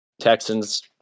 Texans